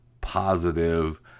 positive